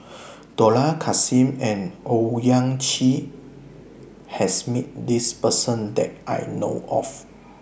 Dollah Kassim and Owyang Chi has Met This Person that I know of